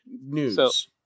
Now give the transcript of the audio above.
news